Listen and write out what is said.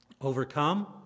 overcome